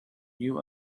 new